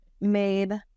made